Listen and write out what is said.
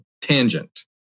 Tangent